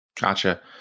Gotcha